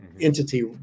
entity